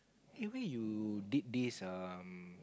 eh where you did this um